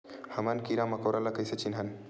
हमन कीरा मकोरा ला कइसे चिन्हन?